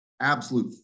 absolute